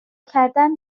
کردن